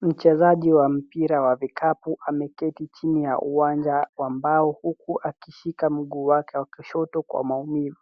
Mchezaji wa mpira wa vikapu, ameketi chini ya uwanja wa mbao huku akishika mguu wake wa kushoto kwa maumivu.